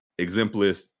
Exemplist